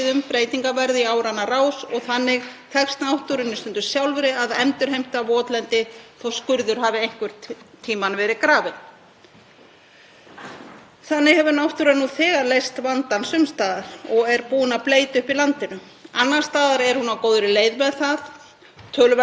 Þannig hefur náttúran nú þegar leyst vandann sums staðar. Hún er búin að bleyta upp í landinu og annars staðar er hún á góðri leið með það. Töluvert af skurðum breyttu aldrei neinu því að náttúran lék bæði á mælinga- og gröfumenn á sínum tíma þannig að landið þornaði lítið eða ekkert við framræslu.